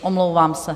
Omlouvám se.